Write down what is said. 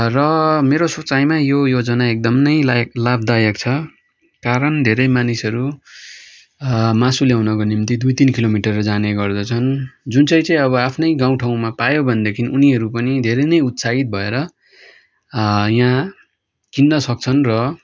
र मेरो सोचाइमा यो योजना एकदम नै लायक लाभदायक छ कारण धेरै मानिसहरू मासु ल्याउनका निम्ति दुई तिन किलोमिटर जाने गर्दछन् जुन चाहिँ चाहिँ अब आफ्नै गाउँ ठाउँमा पायो भनेदेखि उनीहरू पनि धेरै नै उत्साहित भएर यहाँ किन्न सक्छन् र